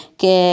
che